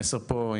המסר פה,